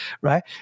right